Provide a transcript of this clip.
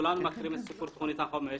כולם מכירים את סיפור תכנית החומש,